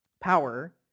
power